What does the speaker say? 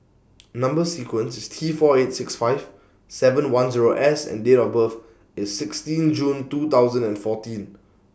Number sequence IS T four eight six five seven one Zero S and Date of birth IS sixteen June two thousand and fourteen